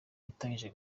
itangije